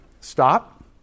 Stop